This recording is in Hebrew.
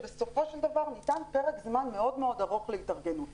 בסופו של דבר ניתן פרק זמן ארוך מאוד להתארגנות